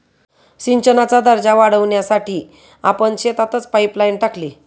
सिंचनाचा दर्जा वाढवण्यासाठी आपण शेतातच पाइपलाइन टाकली